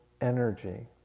energy